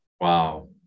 Wow